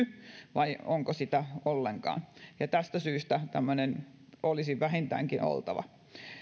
vai onko sitä ollenkaan tästä syystä tämmöinen olisi vähintäänkin oltava